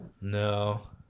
No